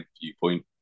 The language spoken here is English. viewpoint